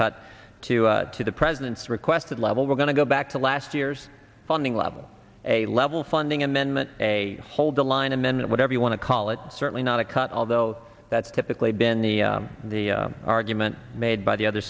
cut two to the president's requested level we're going to go back to last year's funding level a level funding amendment a hold the line amendment whatever you want to call it certainly not a cut although that's typically been the the argument made by the other